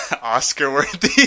Oscar-worthy